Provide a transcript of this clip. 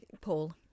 Paul